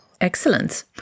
Excellent